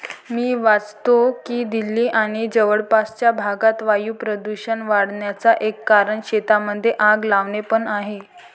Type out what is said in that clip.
मी वाचतो की दिल्ली आणि जवळपासच्या भागात वायू प्रदूषण वाढन्याचा एक कारण शेतांमध्ये आग लावणे पण आहे